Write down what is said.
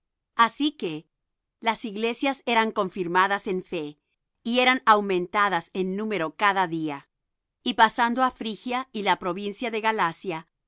así que las iglesias eran confirmadas en fe y eran aumentadas en número cada día y pasando á phrygia y la provincia de galacia les